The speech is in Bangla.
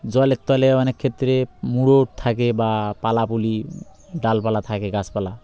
জলের তলে অনেক ক্ষেত্রে মুরুট থাকে বা পালা পুলি ডালপালা থাকে গাছপালা